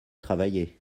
travailler